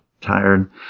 tired